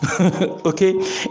Okay